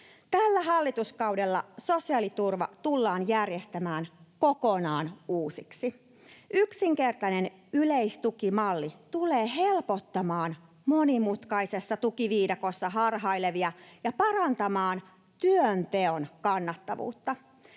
Tällä hallituskaudella sosiaaliturva tullaan järjestämään kokonaan uusiksi. Yksinkertainen yleistukimalli tulee helpottamaan monimutkaisessa tukiviidakossa harhailevia ja parantamaan työnteon kannattavuutta.